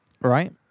right